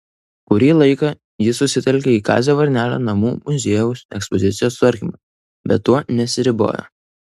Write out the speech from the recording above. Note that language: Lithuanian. kurį laiką ji susitelkė į kazio varnelio namų muziejaus ekspozicijos tvarkymą bet tuo nesiribojo